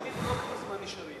הוויכוח שלי הוא לא כמה זמן נשארים.